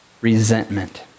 resentment